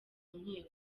nkiko